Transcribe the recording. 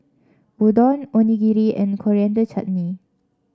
Udon Onigiri and Coriander Chutney